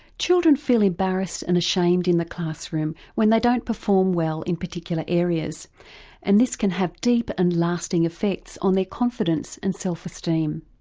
children feel embarrassed and ashamed in the classroom when they don't perform well in particular areas and this can have deep and lasting effects on their confidence and self-esteem.